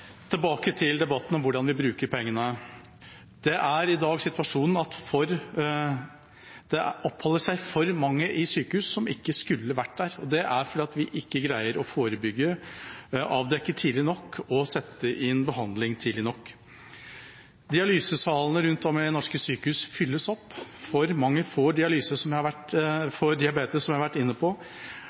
Tilbake til debatten om hvordan vi bruker pengene: Situasjonen er i dag den at det oppholder seg for mange på sykehus som ikke skulle vært der. Det er fordi vi ikke greier å forebygge, avdekke tidlig nok og sette inn behandling tidlig nok. Dialysesalene rundt om i norske sykehus fylles opp. For mange får dialyse på grunn av diabetes, som jeg har vært inne på,